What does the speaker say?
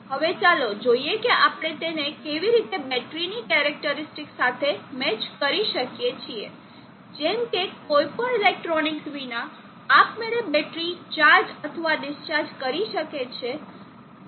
હવે ચાલો જોઈએ કે આપણે તેને કેવી રીતે બેટરીની કેરેકટરીસ્ટીક સાથે મેચ કરી શકીએ છીએ જેમ કે કોઈપણ ઇલેક્ટ્રોનિક્સ વિના આપમેળે બેટરી ચાર્જ અથવા ડિસ્ચાર્જ કરી શકે છે